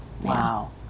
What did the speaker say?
Wow